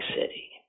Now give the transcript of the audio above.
City